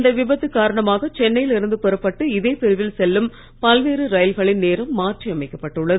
இந்த விபத்து காரணமாக சென்னையில் இருந்து புறப்பட்டு இதே பிரிவில் செல்லும் பல்வேறு ரயில்களின் நேரம் மாற்றி அமைக்கப்பட்டுள்ளது